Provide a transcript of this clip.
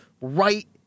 right